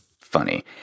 funny